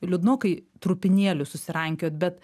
liūdnokai trupinėlius susirankiot bet